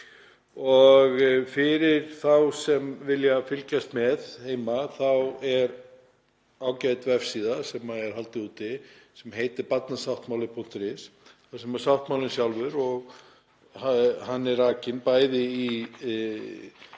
Og fyrir þá sem vilja fylgjast með heima þá er ágæt vefsíða sem er haldið úti sem heitir barnasáttmáli.is, þar sem sáttmálinn sjálfur er rakinn, bæði í